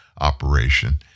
operation